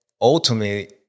ultimately